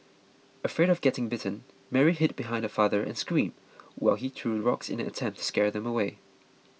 afraid of getting bitten Mary hid behind her father and screamed while he threw rocks in an attempt to scare them away